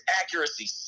accuracy